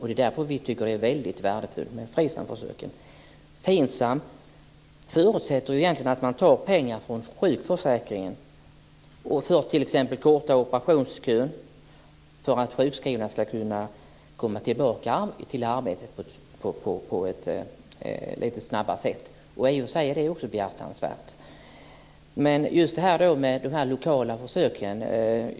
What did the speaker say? Det är därför som vi tycker att det är värdefullt med FINSAM förutsätter att det tas pengar från sjukförsäkringen för att t.ex. korta operationsköerna så att sjukskrivna ska kunna komma tillbaka till arbetet snabbare. I och för sig är detta också behjärtansvärt.